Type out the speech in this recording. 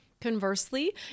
Conversely